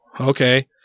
Okay